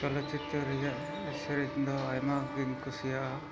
ᱪᱚᱞᱚᱛ ᱪᱤᱛᱟᱹᱨ ᱨᱮᱭᱟᱜ ᱥᱮᱨᱮᱧᱫᱚ ᱟᱭᱢᱟᱜᱤᱧ ᱠᱩᱥᱤᱭᱟᱜᱼᱟ